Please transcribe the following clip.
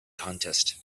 contest